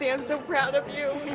and so proud of you.